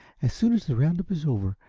as soon as the round-up is over,